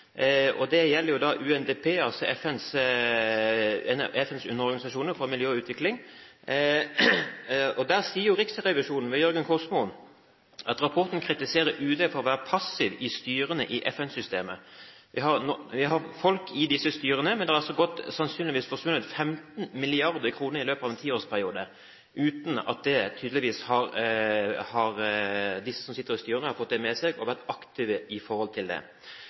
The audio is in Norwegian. Det gjelder UNDP, altså FNs underorganisasjon for miljø og utvikling. Der sier Riksrevisjonen, ved Jørgen Kosmo: «Rapporten kritiserte UD for å være passiv i styrene i FN-systemet». Vi har folk i disse styrene, men det har altså sannsynligvis forsvunnet 15 mrd. kr i løpet av en tiårsperiode, uten at de som sitter i styrene, tydeligvis har fått det med seg og vært aktive i forhold til det.